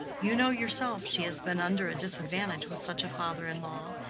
you know yourself she has been under a disadvantage with such a father-in-law,